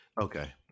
Okay